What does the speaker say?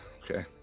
Okay